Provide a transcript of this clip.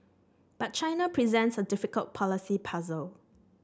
but China presents a difficult policy puzzle